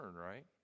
right